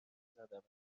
زدمت